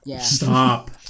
Stop